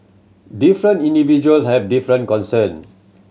different individual have different concern